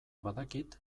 badakit